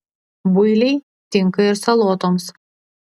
builiai tinka ir salotoms